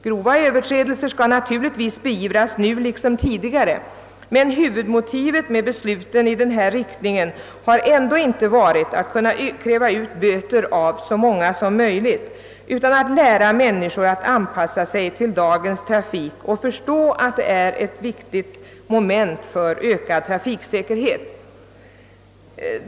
Grova överträdelser skall naturligtvis beivras nu liksom tidigare, men huvudmotivet med beslutet i denna riktning har ändå inte varit att kräva ut böter av så många som möjligt utan att lära människor att anpassa sig till dagens trafik och förstå att detta är ett viktigt moment för åstadkommande av ökad trafiksäkerhet.